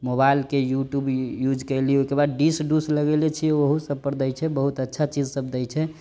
मोबाइलके YouTube use कयली ओहिकेबाद डिस डूस लगयले छियै ओहुसभपर दैत छै बहुत अच्छा चीजसभ दैत छै